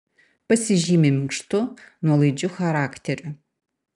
pasižymi minkštu nuolaidžiu charakteriu